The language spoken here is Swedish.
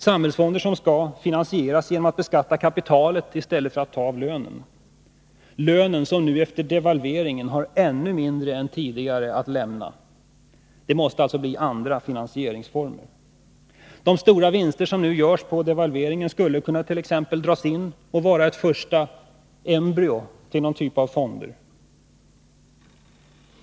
Samhällsfonder som skall finansieras genom att man beskattar kapitalet i stället för att ta av lönen — som nu efter devalveringen har ännu mindre än tidigare att lämna. Det måste alltså bli andra finansieringsformer. De stora vinster som nu görs genom devalveringen skulle t.ex. kunna dras in och vara ett första embryo till någon typ av fonder.